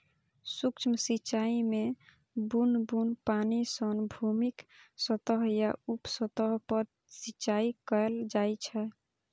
सूक्ष्म सिंचाइ मे बुन्न बुन्न पानि सं भूमिक सतह या उप सतह पर सिंचाइ कैल जाइ छै